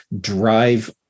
drive